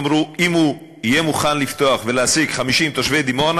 אמרו: אם הוא יהיה מוכן לפתוח ולהעסיק 50 תושבי דימונה,